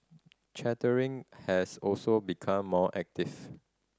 chartering has also become more active